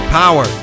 power